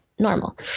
normal